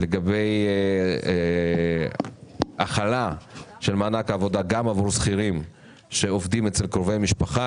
לגבי החלה של מענק העבודה גם עבור שכירים העובדים אצל קרובי משפחה,